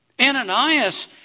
Ananias